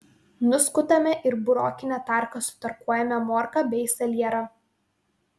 nuskutame ir burokine tarka sutarkuojame morką bei salierą